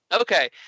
okay